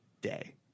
day